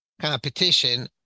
competition